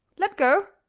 let go!